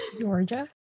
Georgia